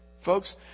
Folks